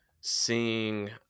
seeing